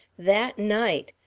that night.